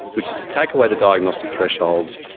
which is to take away the diagnostic thresholds,